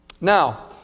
Now